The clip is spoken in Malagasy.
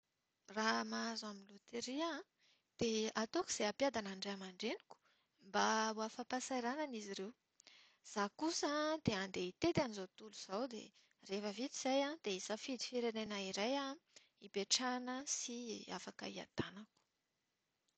Raha mahazo amin'ny loteria aho dia hataoko izay hampiadana ny ray aman-dreniko mba ho afa-pahasahiranana izy ireo. Izaho kosa an dia handeha hitety an'izao tontolo izao dia rehefa vita izay dia hisafidy firenena iray hipetrahana sy afaka hiadanako aho.